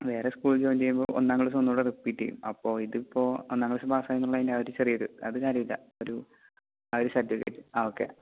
വേറെ സ്കൂളിൽ ജോയിൻ ചെയ്യുമ്പോൾ ഒന്നാം ക്ലാസ്സ് ഒന്നുകൂടി റെപ്പീറ്റ് ചെയ്യും അപ്പോൾ ഇതിപ്പോൾ ഒന്നാം ക്ലാസ്സ് പാസ്സായതെന്നുള്ളതിന്റെ ആ ഒരു ചെറിയൊരു അത് കാര്യമില്ല ഒരു ആ ഒരു സർട്ടിഫിക്കറ്റ് ആ ഓക്കെ